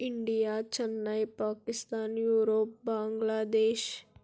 India Chennai Pakistan Europe Bangladesh